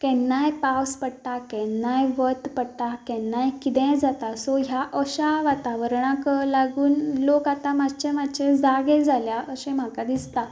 केन्नाय पावस पडटा केन्नाय वत पडटा केन्नाय कितेंय जाता सो ह्या अश्यां वातावरणाक लागून लोक आता मातशें मातशें जागें जाल्यात अशें म्हाका दिसता